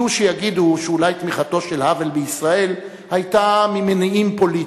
יהיו שיגידו שאולי תמיכתו של האוול בישראל היתה ממניעים פוליטיים.